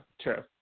true